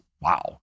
wow